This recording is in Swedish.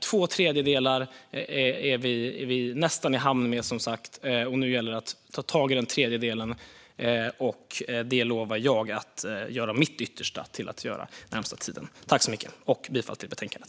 Två tredjedelar är vi nästan i hamn med, som sagt. Nu gäller det att ta tag i den sista tredjedelen, och det lovar jag att göra mitt yttersta för att göra den närmaste tiden. Jag yrkar bifall till utskottets förslag i betänkandet.